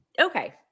Okay